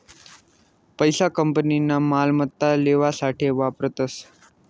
पैसा कंपनीना मालमत्ता लेवासाठे वापरतस